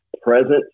present